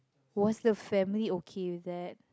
was the family okay with that